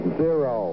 zero